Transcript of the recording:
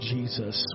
Jesus